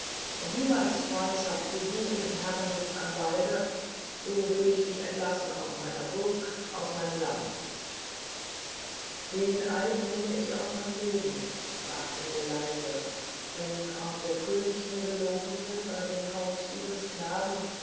und niemals freundschaft zu suchen im herrensitz am walde so will ich dich entlassen aus meiner burg aus meinem land den eid nehme ich auf mein leben sprach ingo leise wenn auch der könig mir geloben will bei dem haupt dieses knaben